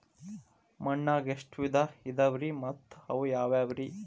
ಮಣ್ಣಾಗ ಎಷ್ಟ ವಿಧ ಇದಾವ್ರಿ ಮತ್ತ ಅವು ಯಾವ್ರೇ?